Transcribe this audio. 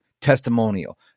testimonial